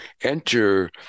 enter